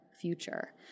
future